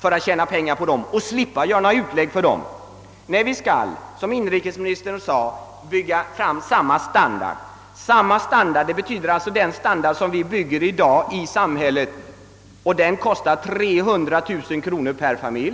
för att slippa utlägg för men tjäna pengar på den. Nej, vi skall, såsom inrikesministern framhöll, ge samma standard åt den importerade arbetskraften som vi i dag ger övriga medborgare i samhället, och det kostar 300 000 kronor per familj.